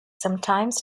sometimes